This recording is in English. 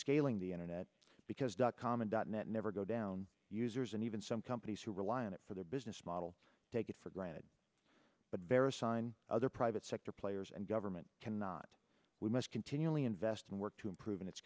scaling the internet because dot com and dot net never go down users and even some companies who rely on it for their business model take it for granted but very sign other private sector players and government cannot we must continually invest in work to improve its